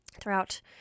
throughout